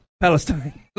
Palestine